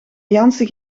jansen